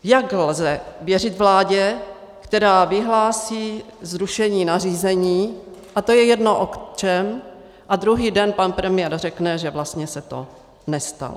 Jak lze věřit vládě, která vyhlásí zrušení nařízení, a je jedno, o čem, a druhý den pan premiér řekne, že vlastně se to nestalo.